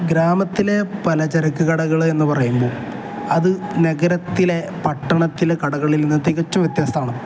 ഗ്രാമത്തിലെ പലചരക്ക് കടകൾ എന്നു പറയുമ്പോൾ അത് നഗരത്തിലെ പട്ടണത്തിലെ കടകളിൽ നിന്ന് തികച്ചും വ്യത്യസ്തമാണ്